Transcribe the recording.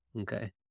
okay